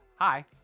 hi